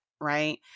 right